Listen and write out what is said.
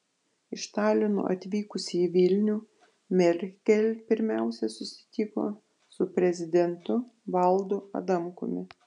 iš talino atvykusi į vilnių merkel pirmiausia susitiko su prezidentu valdu adamkumi